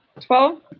twelve